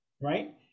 right